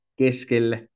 keskelle